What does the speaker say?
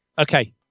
okay